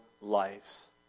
lives